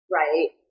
right